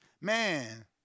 Man